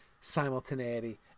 simultaneity